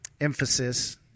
emphasis